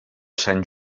sant